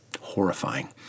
horrifying